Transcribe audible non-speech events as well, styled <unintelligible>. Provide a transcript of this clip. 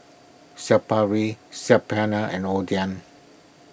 <unintelligible> Papri Saag Paneer and Oden